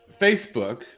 Facebook